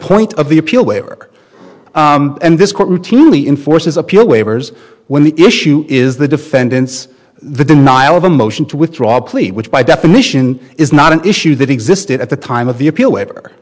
point of the appeal waiver and this court routinely in forces appear waivers when the issue is the defendant's the denial of a motion to withdraw a plea which by definition is not an issue that existed at the time of the appeal waiver